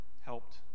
helped